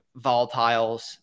volatiles